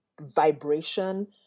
vibration